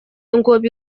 ngo